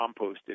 composted